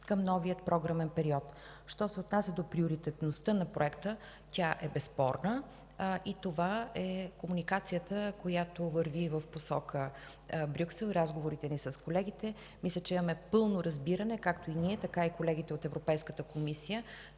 към новия програмен период. Що се отнася до приоритетността на проекта, тя е безспорна. Това е комуникацията, която върви в посока Брюксел и разговорите ни с колегите. Мисля, че имаме пълно разбиране – както и ние, така и колегите от Европейската комисия,